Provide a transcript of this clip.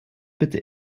bitte